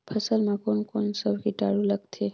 फसल मा कोन कोन सा कीटाणु लगथे?